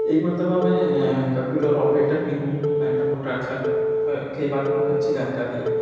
ایک مرتبہ میں کمپیوٹر آپریٹر بھی ہوں میں کمپیوٹر اچھا کے بارے میں مجھے اچھی جانکاری ہے